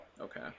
okay